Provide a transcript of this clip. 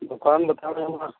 दुकान बता दूँगा